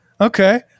Okay